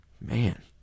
Man